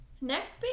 Next